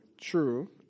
True